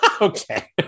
Okay